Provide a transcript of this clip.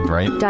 Right